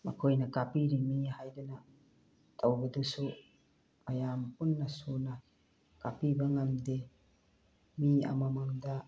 ꯃꯈꯣꯏꯅ ꯀꯥꯞꯄꯤꯔꯤꯃꯤ ꯍꯥꯏꯗꯅ ꯇꯧꯕꯗꯨꯁꯨ ꯃꯌꯥꯝ ꯄꯨꯟꯅ ꯁꯨꯅ ꯀꯥꯞꯄꯤꯕ ꯉꯝꯗꯦ ꯃꯤ ꯑꯃꯃꯝꯗ